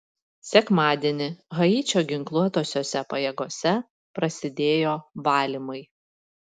sekmadienį haičio ginkluotosiose pajėgose prasidėjo valymai